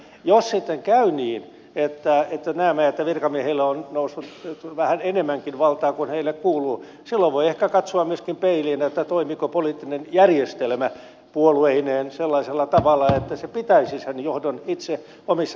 jos sitten käy niin että näemme että virkamiehille on noussut vähän enemmänkin valtaa kuin heille kuuluu silloin voi ehkä katsoa myöskin peiliin toimiiko poliittinen järjestelmä puolueineen sellaisella tavalla että se pitäisi sen johdon itse omissa käsissään